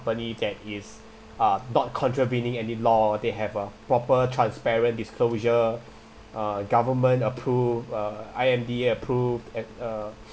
company that is uh not contravening any law they have a proper transparent disclosure uh government approved uh I_M_D_A approved and a